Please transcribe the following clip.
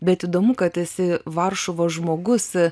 bet įdomu kad esi varšuvos žmogus